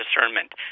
discernment